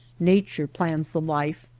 nature plans the life,